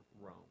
Rome